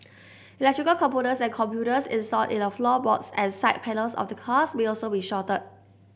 electrical components and computers installed in the floorboards and side panels of the cars may also be shorted